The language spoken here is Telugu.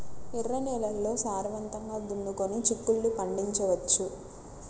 ఎర్ర నేలల్లో సారవంతంగా దున్నుకొని చిక్కుళ్ళు పండించవచ్చు